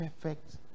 perfect